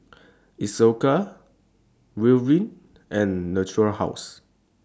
Isocal Ridwind and Natura House